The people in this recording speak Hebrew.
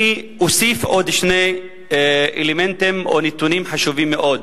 אני אוסיף עוד שני אלמנטים או נתונים חשובים מאוד.